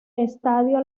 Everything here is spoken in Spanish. estadio